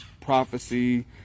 prophecy